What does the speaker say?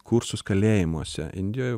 kursus kalėjimuose indijoj